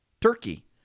Turkey